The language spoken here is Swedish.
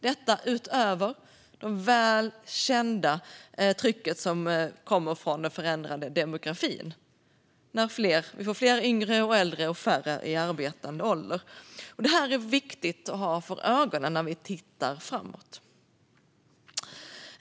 Dessutom finns den väl kända pressen från den förändrade demografin, det vill säga att vi får fler yngre och äldre och färre i arbetande ålder. Detta är viktigt att ha för ögonen när vi tittar framåt.